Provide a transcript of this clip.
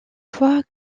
fois